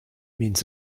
means